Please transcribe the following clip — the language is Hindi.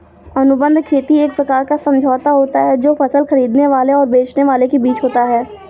अनुबंध खेती एक प्रकार का समझौता होता है जो फसल खरीदने वाले और बेचने वाले के बीच होता है